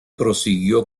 prosiguió